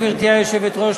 גברתי היושבת-ראש,